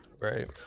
Right